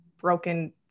broken